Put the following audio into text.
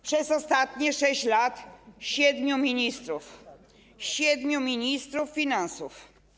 Przez ostatnie 6 lat mieliśmy siedmiu ministrów, siedmiu ministrów finansów.